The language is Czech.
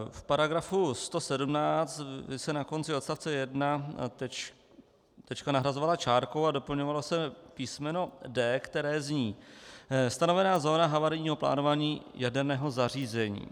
V § 117 by se na konci odstavce 1 tečka nahrazovala čárkou a doplňovalo se písmeno d), které zní: stanovená zóna havarijního plánování jaderného zařízení.